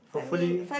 hopefully